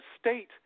state